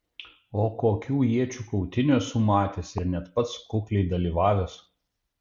o kokių iečių kautynių esu matęs ir net pats kukliai dalyvavęs